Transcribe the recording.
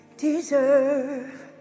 deserve